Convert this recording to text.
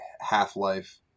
Half-Life